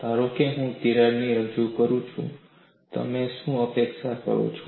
ધારો કે હું તિરાડ રજૂ કરું છું તમે શું અપેક્ષા કરો છો